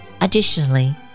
Additionally